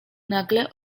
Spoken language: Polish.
nagle